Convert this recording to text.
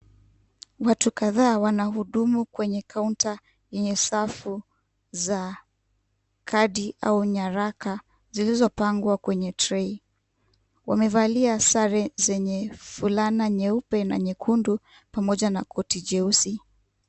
Watu kadhaa wanahudumu kwenye kaunta yenye safu za kadi au nyaraka zilizopangwa kwenye trei. Wamevalia sare zenye fulana nyeupe na nyekundu pamoja na koti jeusi.